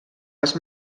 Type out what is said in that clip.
les